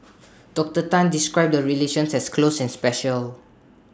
Doctor Tan described the relations has close and special